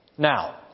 Now